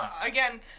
Again